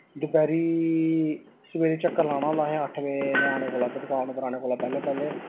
दपैह्री सवेरे चक्कर लाना होंदा असें अट्ठ बज़े दे आने कोला कोई दकान पर आने कोला दा पैह्लें पैह्लें